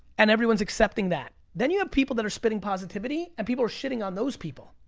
and everyone's accepting that. then you have people that are spitting positivity, and people are shitting on those people.